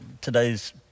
today's